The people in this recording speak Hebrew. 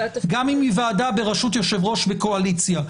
גם אם היא ועדה בראשות יושב-ראש בקואליציה.